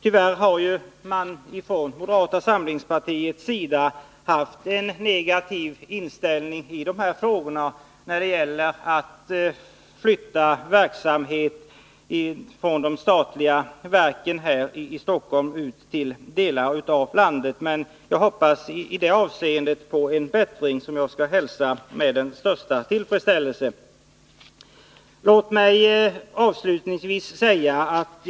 Tyvärr har moderata samlingspartiet haft en negativ inställning till att flytta ut verksamhet från de statliga verken i Stockholm till delar av landet. Jag hoppas i det avseendet på en bättring som jag skall hälsa med den största tillfredsställelse.